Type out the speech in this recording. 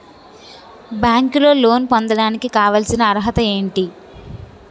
బ్యాంకులో లోన్ పొందడానికి కావాల్సిన అర్హత ఏంటి?